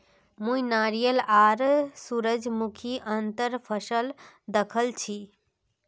मुई नारियल आर सूरजमुखीर अंतर फसल दखल छी